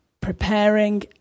Preparing